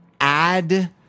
add